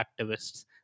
activists